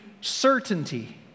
certainty